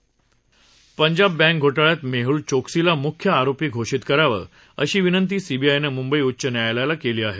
प्रधानमंत्र्यांनी पंजाब बँक घोटाळ्यात मेहुल चोक्सीला मुख्य आरोपी घोषित करावं अशी विनंती सीवीआयनं मुंबई उच्च न्यायालयाला केली आहे